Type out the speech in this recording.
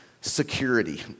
security